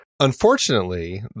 Unfortunately